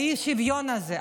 האי-שוויון הזה,